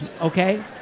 Okay